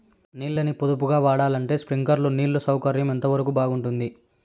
నీళ్ళ ని పొదుపుగా వాడాలంటే స్ప్రింక్లర్లు నీళ్లు సౌకర్యం ఎంతవరకు బాగుంటుంది?